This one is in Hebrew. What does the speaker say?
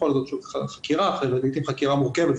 לעתים מדובר בחקירה מורכבת,